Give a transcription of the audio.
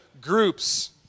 groups